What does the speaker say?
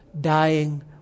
dying